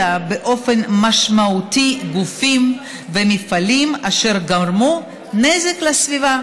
באופן משמעותי גופים ומפעלים אשר גרמו נזק לסביבה.